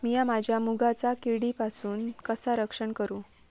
मीया माझ्या मुगाचा किडीपासून कसा रक्षण करू?